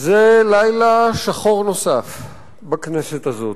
זה לילה שחור נוסף בכנסת הזאת,